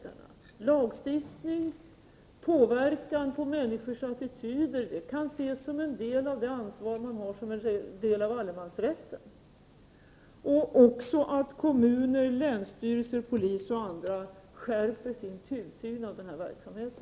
Det handlar om lagstiftning och påverkan på människors attityder — där man kan tala om att det finns ett ansvar som en del av allemansrätten. Det handlar också om att kommun, länsstyrelse, polis och andra skärper sin tillsyn av verksamheten.